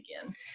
again